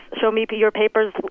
show-me-your-papers